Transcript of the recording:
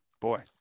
boy